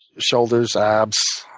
shoulders, abs.